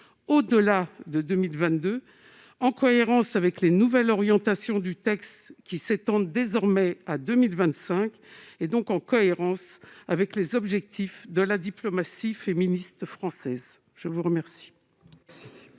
au-delà de 2022, en cohérence avec les nouvelles orientations du texte, qui s'étendent désormais à 2025, en cohérence avec les objectifs de la diplomatie féministe française. L'amendement